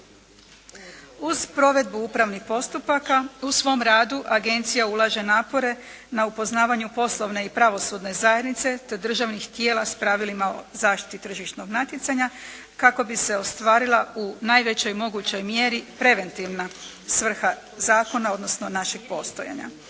Uz provedbu upravnih postupaka u svom radu Agencija ulaže napore na upoznavanju poslovne i pravosudne zajednice te državnih tijela s pravilima o zaštiti tržišnog natjecanja kako bi se ostvarila u najvećoj mogućoj mjeri preventivna svrha zakona, odnosno našeg postojanja.